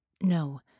No